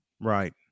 Right